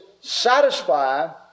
satisfy